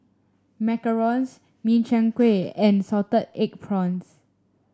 Macarons Min Chiang Kueh and Salted Egg Prawns